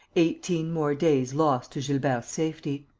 eighteen more days lost to gilbert's safety.